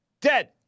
Dead